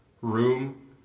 Room